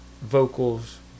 vocals